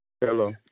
Hello